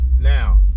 Now